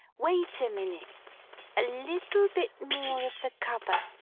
wait a minute! a little bit more of the cover.